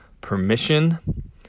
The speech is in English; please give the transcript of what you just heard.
permission